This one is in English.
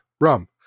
rum